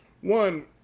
One